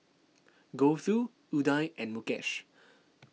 Gouthu Udai and Mukesh